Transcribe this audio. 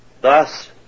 Thus